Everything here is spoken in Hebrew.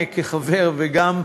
חברי חברי הכנסת,